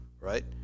right